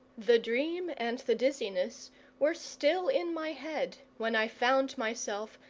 the dream and the dizziness were still in my head when i found myself,